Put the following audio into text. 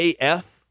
AF